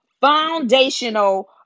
foundational